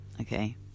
okay